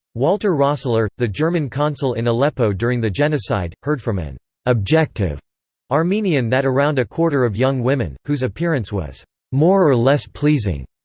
walter rossler, the german consul in aleppo during the genocide, heard from an objective armenian that around a quarter of young women, whose appearance was more or less pleasing,